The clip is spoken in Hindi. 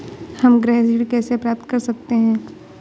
हम गृह ऋण कैसे प्राप्त कर सकते हैं?